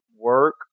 Work